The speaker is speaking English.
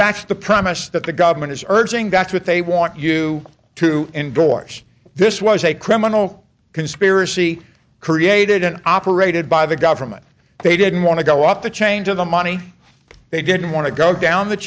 that's the promise that the government is urging that's what they want you to endorse this was a criminal conspiracy created and operated by the government they didn't want to go up the chain to the money they didn't want to go down the